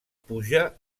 puja